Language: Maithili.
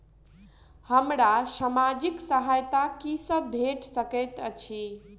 हमरा सामाजिक सहायता की सब भेट सकैत अछि?